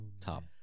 top